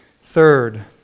Third